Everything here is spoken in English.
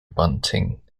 banting